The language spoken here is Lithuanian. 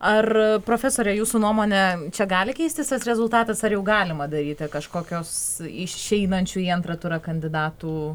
ar profesore jūsų nuomone čia gali keistis tas rezultatas ar jau galima daryti kažkokios išeinančių į antrą turą kandidatų